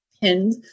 pinned